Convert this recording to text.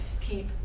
keep